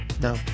No